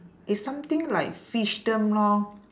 it's something like fishdom lor